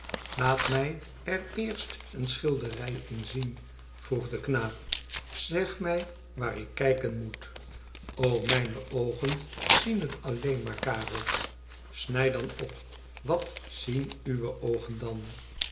ilaat mij er eens eene schilderij in zien vroeg de knaap zeg mij waar ik kijken moet o mijne oogen zien het alleen maar karel isnij dan op wat zien uwe oogen dan